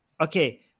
Okay